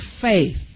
faith